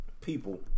people